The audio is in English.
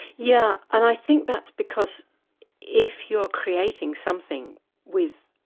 yeah and i think that's because if you're creating something with